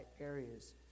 areas